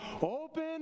open